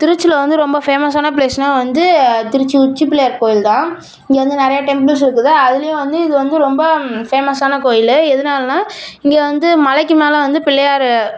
திருச்சியில வந்து ரொம்ப ஃபேமஸ் ஆன பிளேஸ்னால் வந்து திருச்சி உச்சிப்பிள்ளையார் கோயில்தான் இங்கே வந்து நிறைய டெம்பிள்ஸ் இருக்குது அதிலயும் வந்து இது வந்து ரொம்ப ஃபேமஸ்சான கோயில் எதனாலனா இங்கே வந்து மலைக்கு மேலே வந்து பிள்ளையார்